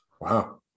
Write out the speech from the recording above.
Wow